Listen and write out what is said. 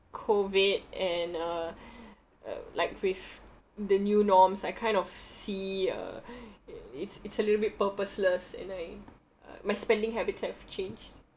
COVID and uh uh like with the new norms I kind of see uh it's it's a little bit purposeless and I uh my spending habits have changed